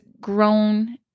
grown